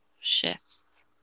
shifts